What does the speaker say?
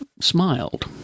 smiled